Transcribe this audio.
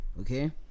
okay